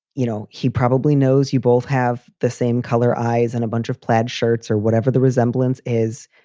you know, he probably knows you both have the same color eyes and a bunch of plaid shirts or whatever the resemblance is.